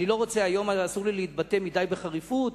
היום אסור לי להתבטא בחריפות,